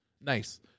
Nice